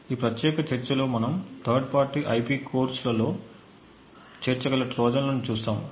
ఈ ప్రత్యేక చర్చలో మనము థర్డ్ పార్టీ ఐపి కోర్స్లలో చేర్చగల ట్రోజన్లను చూస్తాము